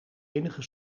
enige